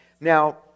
Now